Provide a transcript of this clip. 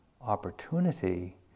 opportunity